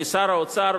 כי שר האוצר,